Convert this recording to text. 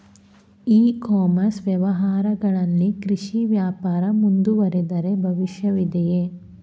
E commerce ವ್ಯವಹಾರಗಳಲ್ಲಿ ಕೃಷಿ ವ್ಯಾಪಾರ ಮುಂದುವರಿದರೆ ಭವಿಷ್ಯವಿದೆಯೇ?